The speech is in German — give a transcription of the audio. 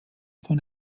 von